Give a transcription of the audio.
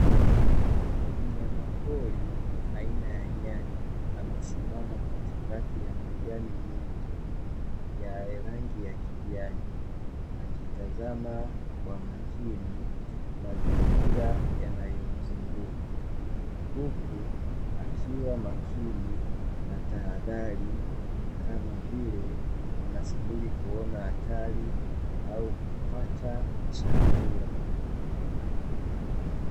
Mnyamapori aina ya nyani amesimama katikati ya majani mengi ya rangi ya kijani, akitazama kwa makini mazingira yanayomzunguka huku akiwa makini na tahadhari kama vile anasubiri kuona hatari au kupata chakula.